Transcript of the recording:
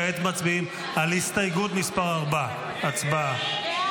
כעת מצביעים על הסתייגות מס' 4. הצבעה.